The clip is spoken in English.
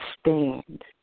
stand